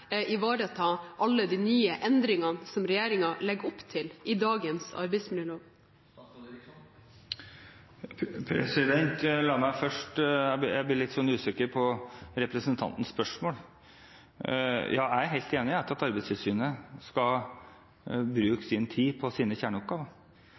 ivareta alle de nye endringene i dagens arbeidsmiljølov som regjeringen legger opp til? Jeg blir litt usikker på representantens spørsmål. Jeg er helt enig i at Arbeidstilsynet skal bruke tiden sin på kjerneoppgavene sine. Jeg trodde jo at grunnen til at vi opprettet Arbeidstilsynet i sin tid,